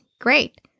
great